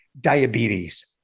diabetes